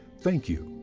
thank you.